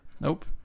Nope